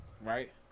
right